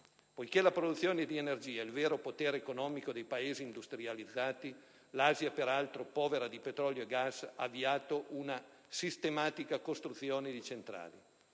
Poiché la produzione di energia è il vero potere economico dei Paesi industrializzati, l'Asia (peraltro povera di petrolio e gas) ha avviato una sistematica costruzione di centrali.